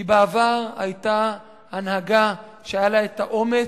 כי בעבר היתה הנהגה שהיה לה האומץ,